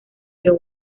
río